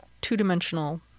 two-dimensional